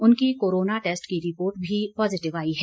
उनकी corona test की report भी पॉजिटिव आई है